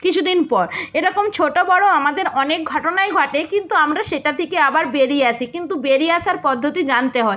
কিছু দিন পর এরকম ছোটো বড়ো আমাদের অনেক ঘটনাই ঘটে কিন্তু আমরা সেটা থিকে আবার বেরিয়ে আসি কিন্তু বেরিয়ে আসার পদ্ধতি জানতে হয়